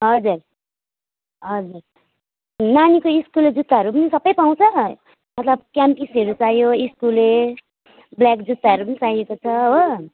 हजुर हजुर नानीको स्कुलले जुत्ताहरू पनि सबै पाउँछ मतलब क्याम्पिसहरू चाहियो स्कुले ब्ल्याक जुत्ताहरू पनि चाहिएको छ हो